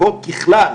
ספורט ככלל